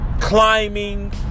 climbing